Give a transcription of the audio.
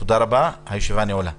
תודה רבה, הישיבה נעולה.